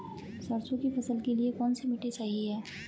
सरसों की फसल के लिए कौनसी मिट्टी सही हैं?